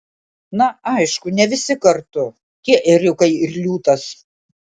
na aišku ne visi kartu tie ėriukai ir liūtas